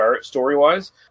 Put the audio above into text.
story-wise